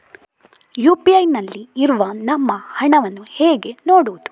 UPI ನಲ್ಲಿ ಇರುವ ನಮ್ಮ ಹಣವನ್ನು ಹೇಗೆ ನೋಡುವುದು?